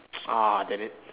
ah damn it